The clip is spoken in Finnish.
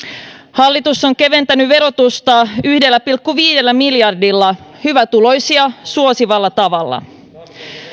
hallitus on keventänyt verotusta yhdellä pilkku viidellä miljardilla eurolla hyvätuloisia suosivalla tavalla